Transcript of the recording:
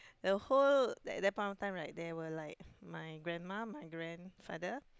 the whole like that point of time like there were like my grandma my grandfather